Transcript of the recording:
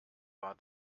war